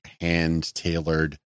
hand-tailored